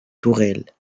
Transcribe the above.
tourelle